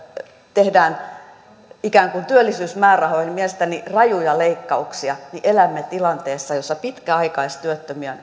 tehdään ikään kuin työllisyysmäärärahoihin mielestäni rajuja leikkauksia elämme tilanteessa jossa pitkäaikaistyöttömiä